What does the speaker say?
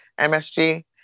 MSG